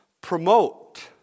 promote